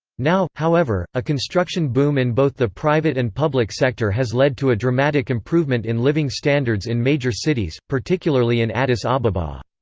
now, however, a construction boom in both the private and public sector has led to a dramatic improvement in living standards in major cities, particularly in addis ababa.